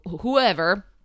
whoever